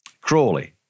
Crawley